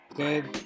Good